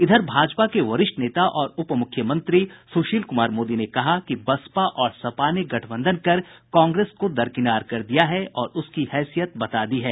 इधर भाजपा के वरिष्ठ नेता और उपमुख्यमंत्री सुशील कुमार मोदी ने कहा कि बसपा और सपा ने गठबंधन कर कांग्रेस को दरकिनार कर दिया है और उसकी हैसियत बता दी है